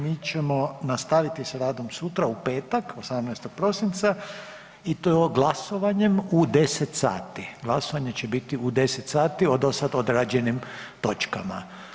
Mi ćemo nastaviti s radom sutra u petak 18. prosinca i to glasovanjem u 10,00 sati, glasovanje će biti u 10,00 sati o do sada odrađenim točkama.